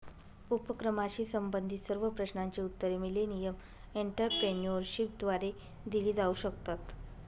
उपक्रमाशी संबंधित सर्व प्रश्नांची उत्तरे मिलेनियम एंटरप्रेन्योरशिपद्वारे दिली जाऊ शकतात